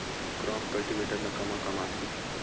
Crop cultivator ला कमा काम आथे?